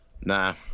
nah